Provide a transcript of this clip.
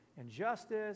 injustice